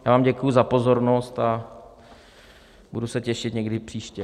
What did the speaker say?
Já vám děkuji za pozornost a budu se těšit někdy příště.